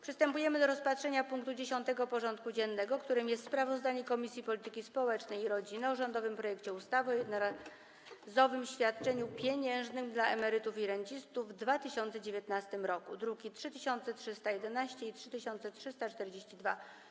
Przystępujemy do rozpatrzenia punktu 10. porządku dziennego: Sprawozdanie Komisji Polityki Społecznej i Rodziny o rządowym projekcie ustawy o jednorazowym świadczeniu pieniężnym dla emerytów i rencistów w 2019 r. (druki nr 3311 i 3342)